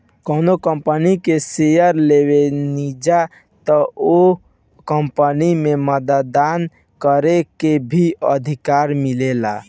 कौनो कंपनी के शेयर लेबेनिजा त ओ कंपनी में मतदान करे के भी अधिकार मिलेला